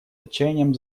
отчаянием